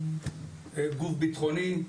גוף בטחוני,